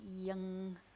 Young